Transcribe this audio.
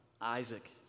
Isaac